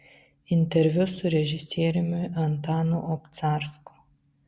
interviu su režisieriumi antanu obcarsku